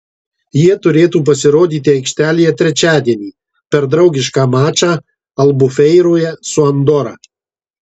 jie turėtų pasirodyti aikštėje trečiadienį per draugišką mačą albufeiroje su andora